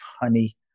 honey